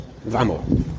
Vamos